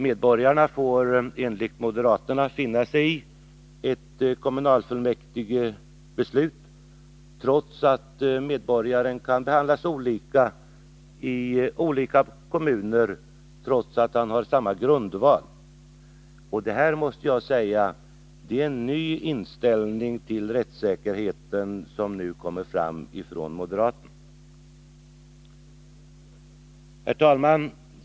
Medborgarna får enligt moderaterna finna sig i ett kommunfullmäktigebeslut, trots att medborgarna kan behandlas olika i olika kommuner — även om de står på samma grundval. Herr talman!